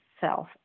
self